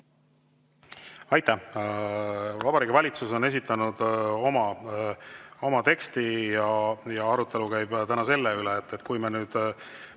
Aitäh! Vabariigi Valitsus on esitanud oma teksti ja arutelu käib täna selle üle. Kui me nüüd